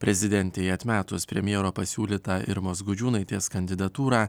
prezidentei atmetus premjero pasiūlytą irmos gudžiūnaitės kandidatūrą